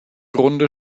grunde